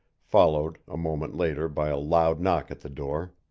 followed a moment later by a loud knock at the door.